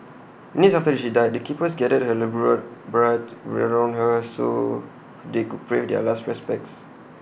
minutes after she died the keepers gathered her labourer brood around her so they could pay their last respects